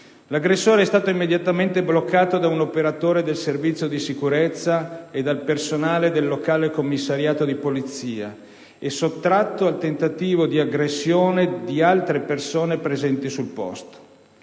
L'aggressore è stato immediatamente bloccato da un operatore del servizio di sicurezza e dal personale del locale commissariato di polizia e sottratto al tentativo di aggressione di altre persone presenti sul posto.